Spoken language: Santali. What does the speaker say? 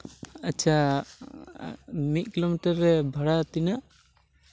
ᱟᱪᱪᱷᱟ ᱢᱤᱫ ᱠᱤᱞᱳᱢᱤᱴᱟᱨ ᱨᱮ ᱵᱷᱟᱲᱟ ᱛᱤᱱᱟᱹᱜ